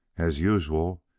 as usual,